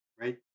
right